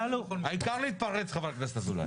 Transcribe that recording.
העיקר להתפרץ, חבר הכנסת אזולאי.